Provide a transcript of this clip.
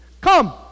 Come